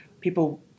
people